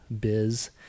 biz